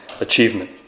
achievement